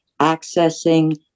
accessing